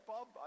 Bob